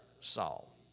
Saul